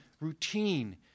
routine